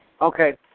Okay